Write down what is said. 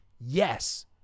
Yes